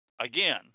again